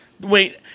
Wait